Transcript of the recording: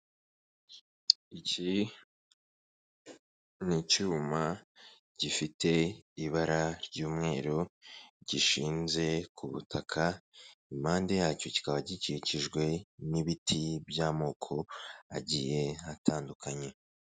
Iki ni cyuma gifite ibara ry'umweru, gishinze ku butaka, impande yacyo kikaba gikikijwe n'ibiti by'amoko agiye atandukanye.